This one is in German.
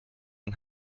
und